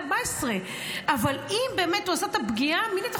14. אבל אם באמת הוא עשה את הפגיעה המינית,